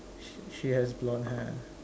she she has blonde hair